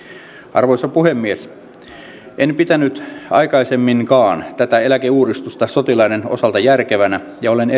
arvoisa puhemies en pitänyt aikaisemminkaan tätä eläkeuudistusta sotilaiden osalta järkevänä ja olen